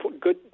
good